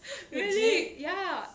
really ya